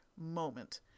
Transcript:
moment